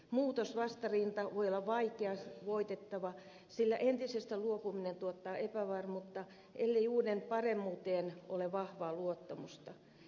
muutosvastarinta voi olla vaikea voitettava sillä entisestä luopuminen tuottaa epävarmuutta ellei uuden paremmuuteen ole vahvaa luottamusta